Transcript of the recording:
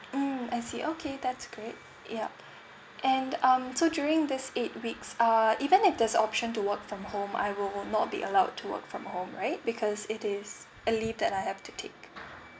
mm I see okay that's great yup and um so during this eight weeks uh even if there's option to work from home I will not be allowed to work from home right because it is a leave that I have to take